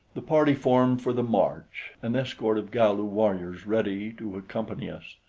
the party formed for the march, an escort of galu warriors ready to accompany us.